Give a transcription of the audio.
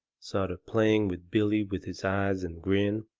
sort of playing with billy with his eyes and grin,